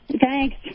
Thanks